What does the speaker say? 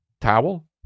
towel